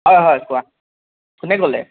হয় হয় কোৱা কোনে ক'লে